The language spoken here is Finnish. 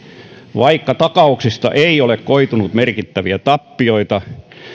vaikka takauksista ei ole koitunut merkittäviä tappioita